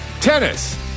Tennis